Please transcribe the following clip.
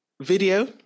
video